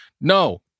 No